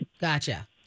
Gotcha